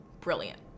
brilliant